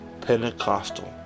Pentecostal